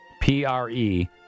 P-R-E